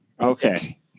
Okay